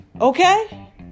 Okay